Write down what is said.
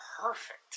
perfect